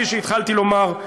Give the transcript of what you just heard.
כפי שהתחלתי לומר,